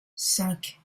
cinq